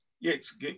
Yes